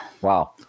wow